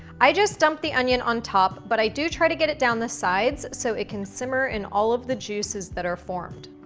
i just dump the onion on top but i do try to get it down the sides so it can simmer in all of the juices that are formed.